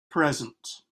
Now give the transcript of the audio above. present